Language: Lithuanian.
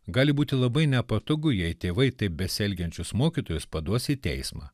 gali būti labai nepatogu jei tėvai taip besielgiančius mokytojus paduos į teismą